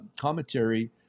commentary